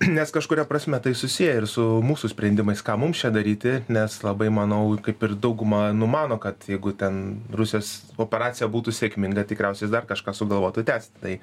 nes kažkuria prasme tai susiję ir su mūsų sprendimais ką mums čia daryti nes labai manau kaip ir dauguma numano kad jeigu ten rusijos operacija būtų sėkminga tikriausiai dar kažką sugalvotų tęsti tai